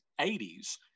80s